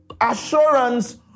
assurance